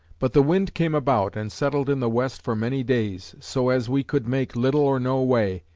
but the wind came about, and settled in the west for many days, so as we could make little or no way,